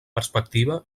perspectiva